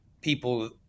people